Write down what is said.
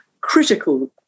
Critical